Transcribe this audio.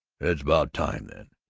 it's about time then!